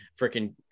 freaking